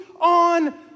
on